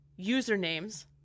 usernames